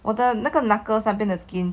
我的那个 knuckles 那边 the skin